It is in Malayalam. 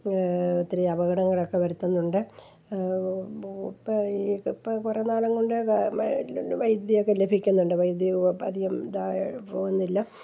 ഒത്തിരി അപകടങ്ങളൊക്കെ വരുത്തുന്നുണ്ട് ഇപ്പോൾ ഇപ്പോൾ ഈ ഇപ്പോൾ കുറേ നാളും കൊണ്ട് ക മ വൈദ്യുതി ഒക്കെ ലഭിക്കുന്നുണ്ട് വൈദ്യുതി അധികം ധാരാളം പോകുന്നില്ല